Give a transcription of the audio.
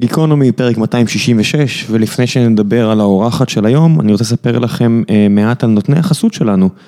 גיקונומי, פרק 266, ולפני שנדבר על האורחת של היום, אני רוצה לספר לכם מעט על נותני החסות שלנו.